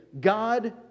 God